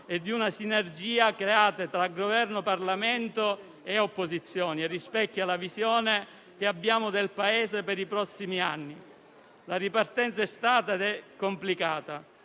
e di una sinergia creata tra Governo, Parlamento e opposizioni e rispecchia la visione che abbiamo del Paese per i prossimi anni. La ripartenza è stata ed è complicata...